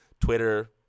Twitter